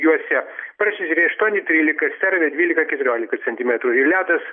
juose paršežery aštuoni trylika stervyje dvylika keturiolika centimetrų ir ledas